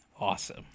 awesome